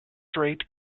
straight